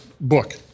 book